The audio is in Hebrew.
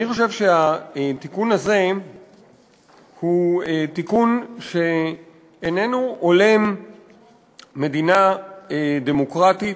אני חושב שהתיקון הזה הוא תיקון שאיננו הולם מדינה דמוקרטית,